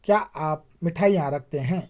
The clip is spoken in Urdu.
کیا آپ مٹھائیاں رکھتے ہیں